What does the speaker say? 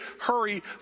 hurry